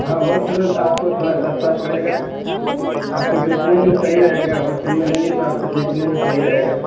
हाँ होलसेल में तो आपको थोड़ा सस्ता पड़ेगा आपको बेचने में सही रहेगा होलसेल में लेंगी तो आपको बेचने में सही रहेगा